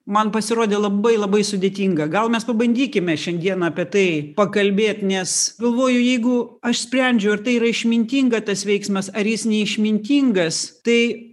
man pasirodė labai labai sudėtinga gal mes pabandykime šiandien apie tai pakalbėt nes galvoju jeigu aš sprendžiu ar tai yra išmintinga tas veiksmas ar jis neišmintingas tai